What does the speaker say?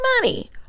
money